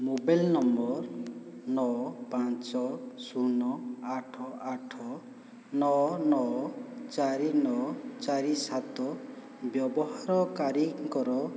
mobile number ନଅ ପାଞ୍ଚ ଶୁନ ଆଠ ଆଠ ନଅ ନଅ ଚାରି ନଅ ଚାରି ସାତ ବ୍ୟବହାରକାରୀଙ୍କର